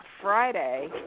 Friday